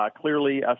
clearly